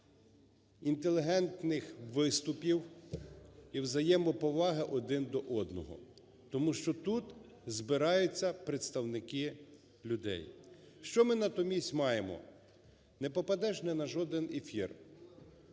інтелігентних виступів і взаємоповаги один до одного. Тому що тут збираються представники людей. Що ми натомість маємо? Не попадеш ні на жоден ефір.